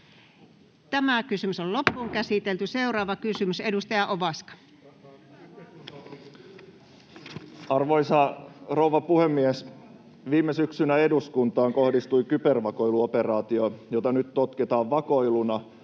Näin on!] Seuraava kysymys, edustaja Ovaska. Arvoisa rouva puhemies! Viime syksynä eduskuntaan kohdistui kybervakoiluoperaatio, jota nyt tutkitaan vakoiluna,